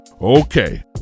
Okay